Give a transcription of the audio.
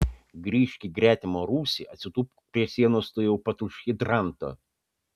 grįžk į gretimą rūsį atsitūpk prie sienos tuojau pat už hidranto